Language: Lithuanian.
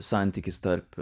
santykis tarp